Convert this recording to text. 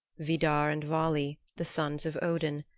vidar and vali, the sons of odin,